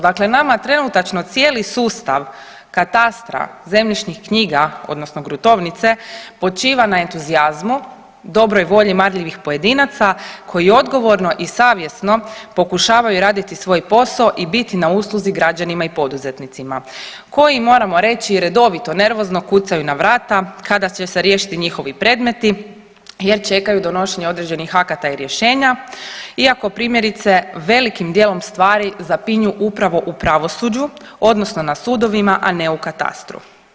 Dakle, nama trenutačno cijeli sustav katastra, zemljišnih knjiga odnosno gruntovnice počiva na entuzijazmu, dobroj volji marljivih pojedinaca koji odgovorno i savjesno pokušavaju raditi svoj posao i biti na usluzi građanima i poduzetnicima koji moramo reći redovito i nervozno kucaju na vrata kada će se riješiti njihovi predmeti jer čekaju donošenje određenih akata i rješenja iako primjerice velikim dijelom stvari zapinju upravo u pravosuđu odnosno na sudovima, a ne u katastru.